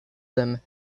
them